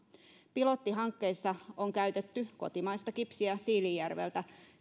pilottihankkeissa on käytetty kotimaista kipsiä siilinjärveltä